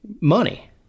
money